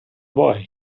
boy